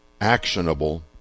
actionable